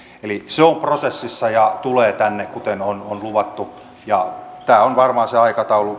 eli se on prosessissa ja tulee tänne kuten on on luvattu tämä on varmaan se aikataulu